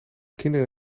kinderen